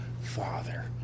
father